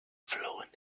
fluent